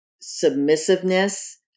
submissiveness